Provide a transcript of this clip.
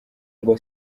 ngo